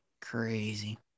Crazy